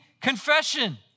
confession